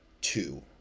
two